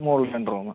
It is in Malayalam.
മുകളിൽ രണ്ട് റൂം